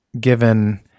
given